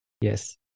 Yes